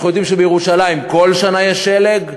אנחנו יודעים שבירושלים כל שנה יש שלג.